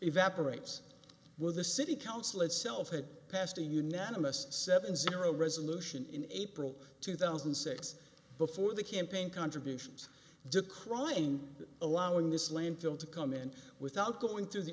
evaporates with the city council itself had passed a unanimous seven zero resolution in april two thousand and six before the campaign contributions to cry in allowing this landfill to come in without going through the